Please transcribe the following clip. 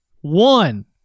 One